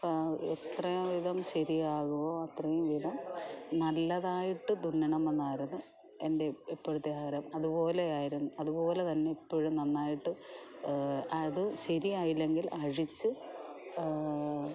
അപ്പം എത്രയോ വിധം ശരിയാകുമോ അത്രയും വിധം നല്ലതായിട്ട് തുന്നണമെന്നായിരുന്നുഎൻ്റെ ഇപ്പോഴത്തെ ആഗ്രഹം അതു പോലെയായിരുന്നു അതുപോലെ തന്നെ ഇപ്പോഴും നന്നായിട്ട് അത് ശരിയായില്ലെങ്കിൽ അഴിച്ച്